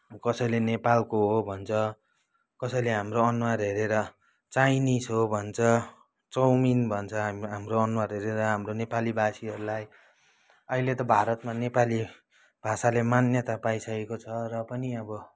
कसैले नेपालको हो भन्छ कसैले हाम्रो अनुहार हेरेर चाइनिस हो भन्छ चाउमिन भन्छ हाम्रो हाम्रो अनुहार हेरेर हाम्रो नेपालीभाषीहरूलाई अहिले त भारतमा नेपाली भाषाले मान्यता पाइसकेको छ र पनि अब